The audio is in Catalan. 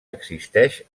existeix